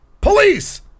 Police